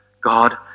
God